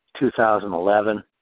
2011